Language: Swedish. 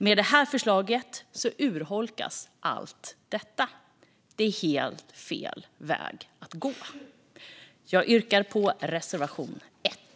Med det här förslaget urholkas allt detta, och det är helt fel väg att gå. Jag yrkar bifall till reservation 1.